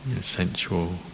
sensual